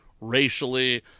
racially